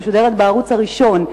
שמשודרת בערוץ הראשון.